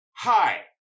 Hi